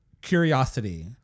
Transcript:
curiosity